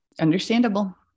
understandable